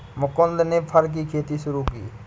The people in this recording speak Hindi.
मुकुन्द ने फर की खेती शुरू की